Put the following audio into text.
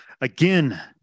Again